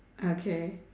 okay